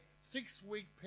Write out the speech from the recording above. six-week